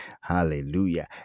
Hallelujah